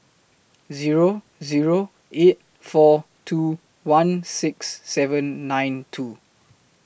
Zero Zero eight four two one six seven nine two